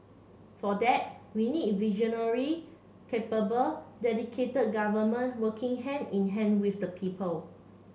for that we need visionary capable dedicated government working hand in hand with the people